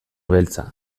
beltza